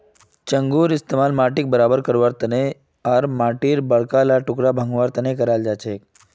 चंघूर इस्तमाल माटीक बराबर करवा आर माटीर बड़का ला टुकड़ा भंगवार तने कराल जाछेक